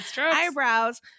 eyebrows